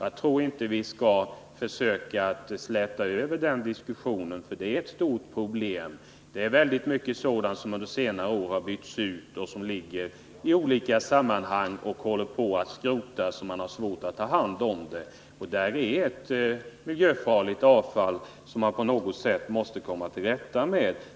Jag tror inte att vi skall försöka släta över den diskussionen, för här föreligger ett stort problem. Det finns väldigt mycket gammalt sådant som under senare år bytts ut och ligger kvar för skrotning men som man har svårt att ta hand om. Det är ett miljöfarligt avfall som man på något sätt måste komma till rätta med.